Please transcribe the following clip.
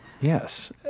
Yes